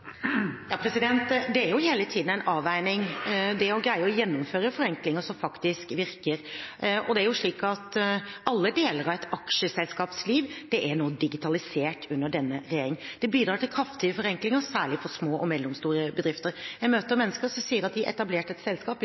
Det er jo hele tiden en avveining, det å greie å gjennomføre forenklinger som faktisk virker. Alle deler av et aksjeselskaps liv er digitalisert under denne regjeringen. Det bidrar til kraftige forenklinger, særlig for små og mellomstore bedrifter. Jeg møter mennesker som sier de har etablert et selskap